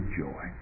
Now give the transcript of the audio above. joy